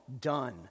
done